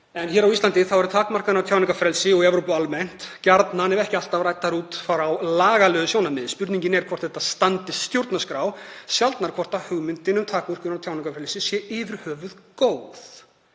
en á Íslandi eru takmarkanir á tjáningarfrelsi, og í Evrópu almennt, gjarnan, ef ekki alltaf, ræddar út frá lagalegu sjónarmiði. Spurningin er hvort það standist stjórnarskrá, sjaldnar hvort hugmyndin um takmörkun á tjáningarfrelsi sé yfir höfuð góð.